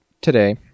today